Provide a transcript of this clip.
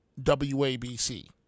WABC